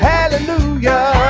Hallelujah